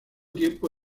tiempo